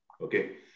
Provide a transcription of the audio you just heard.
Okay